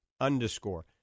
underscore